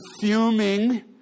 fuming